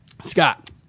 Scott